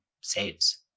saves